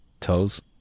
Toes